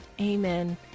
Amen